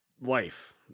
life